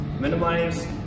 minimize